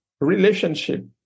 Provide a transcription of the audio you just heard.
relationship